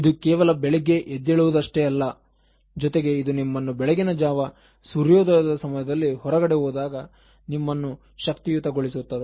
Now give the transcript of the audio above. ಇದು ಕೇವಲ ಬೆಳಿಗ್ಗೆ ಎದ್ದೇಳುವುದು ಅಷ್ಟೇ ಅಲ್ಲ ಜೊತೆಗೆ ಇದು ನಿಮ್ಮನ್ನು ಬೆಳಗಿನ ಜಾವ ಸೂರ್ಯೋದಯದ ಸಮಯದಲ್ಲಿ ಹೊರಗಡೆ ಹೋದಾಗ ನಿಮ್ಮನ್ನು ಶಕ್ತಿಯುತ ಗೊಳಿಸುತ್ತದೆ